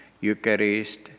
Eucharist